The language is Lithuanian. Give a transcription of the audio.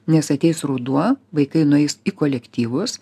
nes ateis ruduo vaikai nueis į kolektyvus